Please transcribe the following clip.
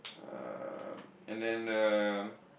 um and then um